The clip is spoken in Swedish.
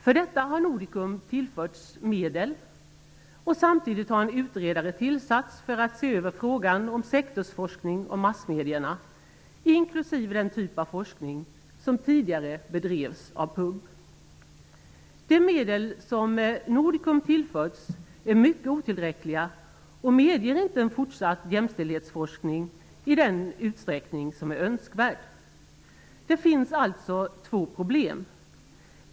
För detta har Nordicom tillförts medel. Samtidigt har en utredare tillsatts för att se över frågan om sektorsforskning om massmedierna, inkl. den typ av forskning som tidigare bedrevs av PUB. De medel som Nordicom tillförts är helt otillräckliga och medger inte en fortsatt jämställdhetsforskning i den utsträckning som är önskvärd. Det finns alltså två problem.